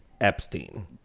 Epstein